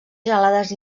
gelades